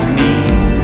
need